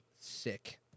Sick